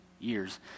years